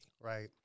Right